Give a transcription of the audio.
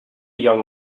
young